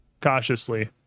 cautiously